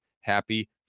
Happy